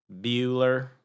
Bueller